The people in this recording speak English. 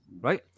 right